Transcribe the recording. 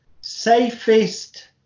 safest